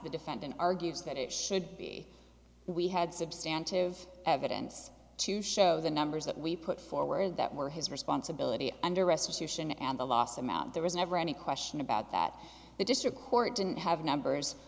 the defendant argues that it should be we had substantial of evidence to show the numbers that we put forward that were his responsibility under restitution and the loss amount there was never any question about that the district court didn't have numbers